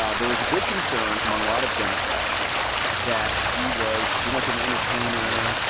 ah there was a big concern among a lot of democrats that he was too much of an entertainer.